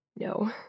No